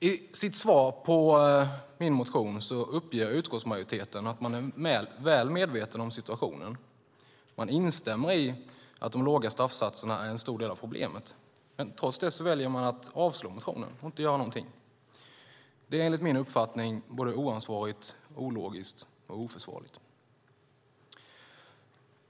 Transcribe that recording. I sitt svar på min motion uppger utskottsmajoriteten att man är väl medveten om situationen. Man instämmer i att de låga straffsatserna är en stor del av problemet. Trots detta väljer man att avslå motionen och inte göra någonting. Det är enligt min uppfattning både oansvarigt, ologiskt och oförsvarligt.